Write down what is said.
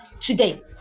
today